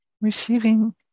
receiving